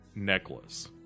necklace